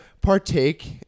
partake